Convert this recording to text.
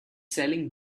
selling